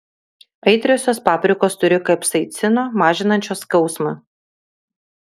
aitriosios paprikos turi kapsaicino mažinančio skausmą